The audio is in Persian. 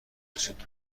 رسید